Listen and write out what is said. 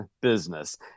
business